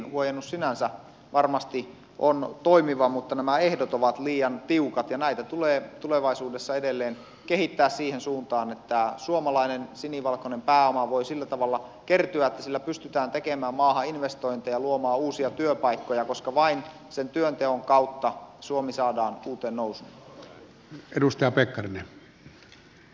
huojennus sinänsä varmasti on toimiva mutta nämä ehdot ovat liian tiukat ja näitä tulee tulevaisuudessa edelleen kehittää siihen suuntaan että suomalainen sinivalkoinen pääoma voi sillä tavalla kertyä että sillä pystytään tekemään maahan investointeja luomaan uusia työpaikkoja koska vain työnteon kautta suomi saadaan uuteen nousuun